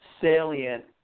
salient